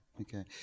okay